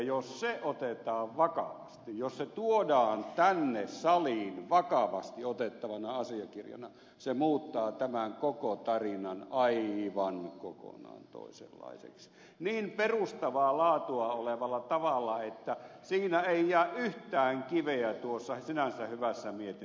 jos se otetaan vakavasti jos se tuodaan tänne saliin vakavasti otettavana asiakirjana se muuttaa tämän koko tarinan aivan kokonaan toisenlaiseksi niin perustavaa laatua olevalla tavalla että tuossa sinänsä hyvässä mietinnössä ei jää yhtään kiveä paikalleen